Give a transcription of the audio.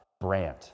brand